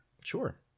Sure